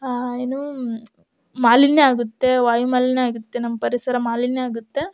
ಏನು ಮಾಲಿನ್ಯ ಆಗುತ್ತೆ ವಾಯುಮಾಲಿನ್ಯ ಆಗುತ್ತೆ ನಮ್ಮ ಪರಿಸರ ಮಾಲಿನ್ಯ ಆಗುತ್ತೆ